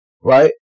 Right